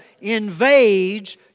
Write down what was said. Invades